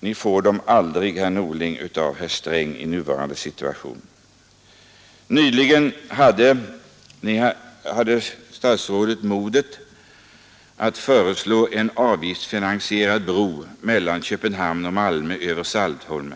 Ni får dem aldrig, herr Norling, av herr Sträng i nuvarande situation. Nyligen hade statsrådet Norling modet att föreslå en avgiftsfinansierad bro mellan Köpenhamn och Malmö över Saltholm.